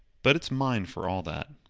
but it's mine for all that.